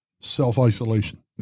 self-isolation